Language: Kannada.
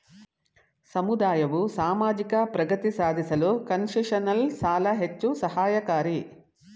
ಸಮುದಾಯವು ಸಾಮಾಜಿಕ ಪ್ರಗತಿ ಸಾಧಿಸಲು ಕನ್ಸೆಷನಲ್ ಸಾಲ ಹೆಚ್ಚು ಸಹಾಯಕಾರಿ